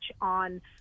on